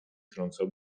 trącał